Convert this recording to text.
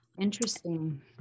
Interesting